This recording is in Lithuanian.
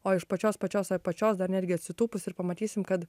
o iš pačios pačios apačios dar netgi atsitūpus ir pamatysim kad